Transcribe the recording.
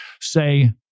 Say